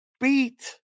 beat